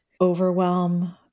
overwhelm